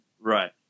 Right